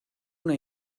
una